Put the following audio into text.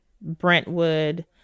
Brentwood